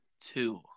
two